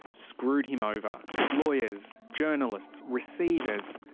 screwed him over lawyers, journalists, receivers,